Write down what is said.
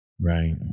right